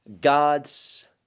God's